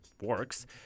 works